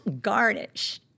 garnish